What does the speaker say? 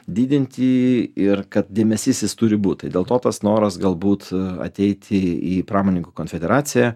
didinti ir kad dėmesys jis turi būt tai dėl to tas noras galbūt ateiti į pramoninkų konfederaciją